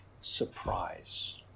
surprise